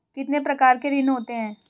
कितने प्रकार के ऋण होते हैं?